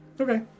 Okay